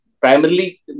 primarily